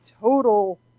total